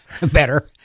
better